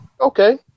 Okay